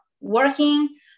working